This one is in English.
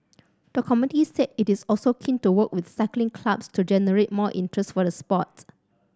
the committee said it is also keen to work with cycling clubs to generate more interest for the sports